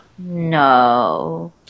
No